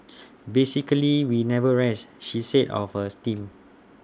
basically we never rest she said of hers team